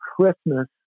Christmas